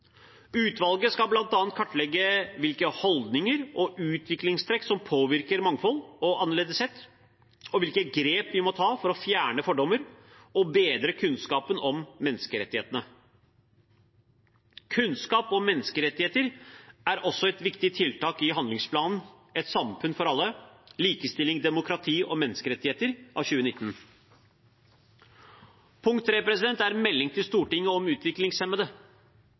Utvalget skal bl.a. kartlegge hvilke holdninger og utviklingstrekk som påvirker mangfold og annerledeshet, og hvilke grep vi må ta for å fjerne fordommer og bedre kunnskapen om menneskerettighetene. Kunnskap om menneskerettigheter er også et viktig tiltak i handlingsplanen Et samfunn for alle – likestilling, demokrati og menneskerettigheter fra 2019. Punkt 3 er melding til Stortinget om utviklingshemmede.